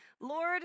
Lord